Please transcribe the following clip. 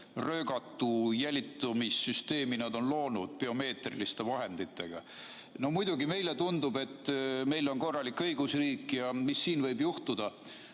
röögatu jälitussüsteemi nad on loonud biomeetriliste vahenditega. No muidugi, meile tundub, et meil on korralik õigusriik ja mis siin ikka võib juhtuda.